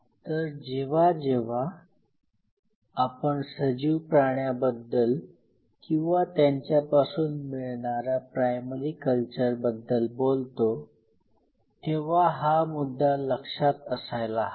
तर जेव्हा जेव्हा आपण सजीव प्राण्याबद्दल किंवा त्यांच्यापासून मिळणाऱ्या प्रायमरी कल्चर बद्दल बोलतो तेव्हा हा मुद्दा लक्षात असायला हवा